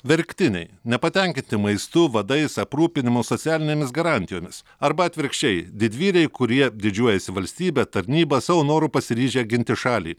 verktiniai nepatenkinti maistu vadais aprūpinimo socialinėmis garantijomis arba atvirkščiai didvyriai kurie didžiuojasi valstybe tarnyba savo noru pasiryžę ginti šalį